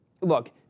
look